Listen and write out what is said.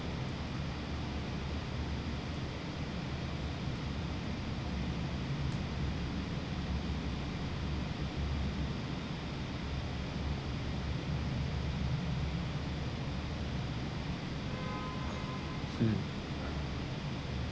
mm